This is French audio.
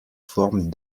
forme